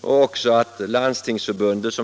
Vidare har det sagts att Landstingsförbundet